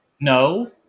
No